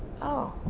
oh.